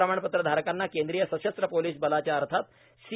प्रमाणपत्र धारकांना केंद्रीय सशस्त्र पोलिस बलाच्या अर्थात सी